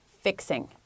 fixing